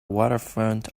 waterfront